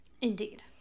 Indeed